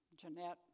Jeanette